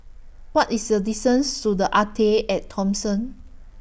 What IS The distance to The Arte At Thomson